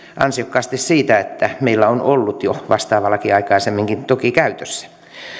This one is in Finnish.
ansiokkaasti siitä että meillä on toki ollut vastaava laki jo aikaisemminkin käytössä